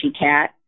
cat